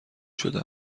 شده